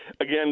again